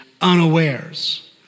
unawares